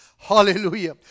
Hallelujah